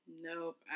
nope